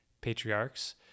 patriarchs